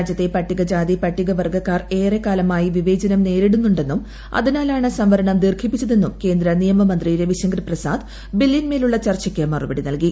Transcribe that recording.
രാജ്യത്തെ പട്ടികജാതി പട്ടികവർഗ്ഗക്കാർ ഏറെക്കാലമായി വിവേചനം നേരിടുണ്ടെന്നും അതിനാലാണ് സംവരണം ദീർഘിപ്പിച്ചതെന്നും കേന്ദ്ര നിയമമന്ത്രി രവിശങ്കർ പ്രസാദ് ബില്ലിന്മേലുള്ള ചർച്ചയ്ക്ക് മറുപടി നൽകി